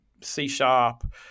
C-sharp